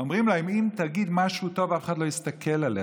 אומרים להם: אם תגיד משהו טוב אף אחד לא יסתכל עליך,